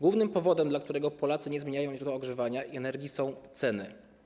Głównym powodem, dla którego Polacy nie zmieniają źródła ogrzewania i energii, są ceny.